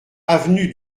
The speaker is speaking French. avenue